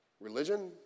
religion